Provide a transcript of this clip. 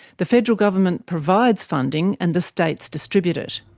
the federal government provides funding, and the states distribute it.